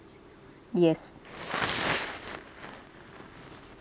yes